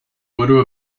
widow